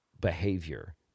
behavior